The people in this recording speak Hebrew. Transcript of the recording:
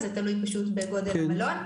זה תלוי בגודל המלון.